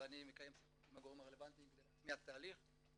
ואני מקיים שיחות עם הגורמים הרלבנטיים כדי להטמיע את התהליך.